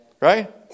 right